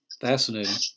Fascinating